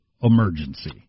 emergency